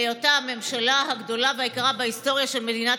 היותה הממשלה הגדולה והיקרה בהיסטוריה של מדינת